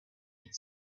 had